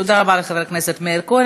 תודה רבה לחבר הכנסת מאיר כהן.